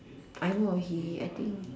I know he I think